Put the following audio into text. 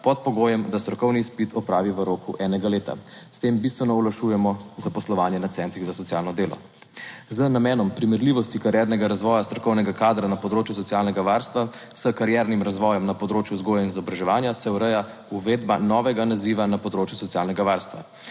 pod pogojem, da strokovni izpit opravi v roku enega leta. S tem bistveno olajšujemo zaposlovanje na centrih za socialno delo. Z namenom primerljivosti kariernega razvoja strokovnega kadra na področju socialnega varstva s kariernim razvojem na področju vzgoje in izobraževanja se ureja uvedba novega naziva na področju socialnega varstva.